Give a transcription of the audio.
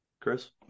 Chris